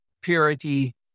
purity